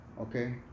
okay